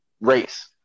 race